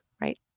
right